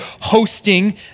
hosting